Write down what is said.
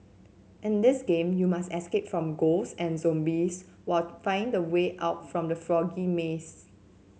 in this game you must escape from ghosts and zombies while finding the way out from the froggy maze